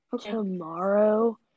tomorrow